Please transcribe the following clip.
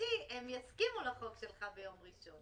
נקודתי הם יסכימו לחוק שלך ביום ראשון.